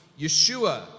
Yeshua